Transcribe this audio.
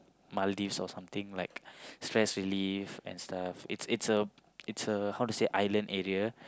Maldives or something like stress relief and stuff it's it's a it's a how to say island area